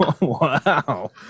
Wow